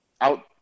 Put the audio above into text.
out